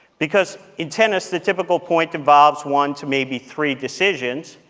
because in tennis the typical point involves one to maybe three decisions,